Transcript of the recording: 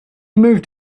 moved